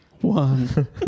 one